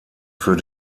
für